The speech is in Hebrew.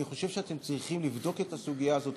אני חושב שאתם צריכים לבדוק את הסוגיה הזאת